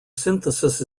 synthesis